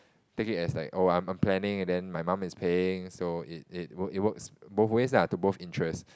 take it as like oh I'm planning and then my mum is paying so it it works both ways lah to both interests